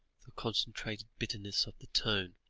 the concentrated bitterness of the tone,